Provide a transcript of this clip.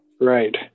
Right